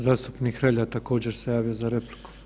Zastupnik Hrelja također se javio za repliku.